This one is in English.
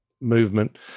movement